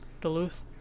Duluth